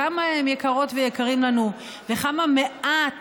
כמה הם יקרות ויקרים לנו וכמה מעט